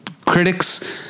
critics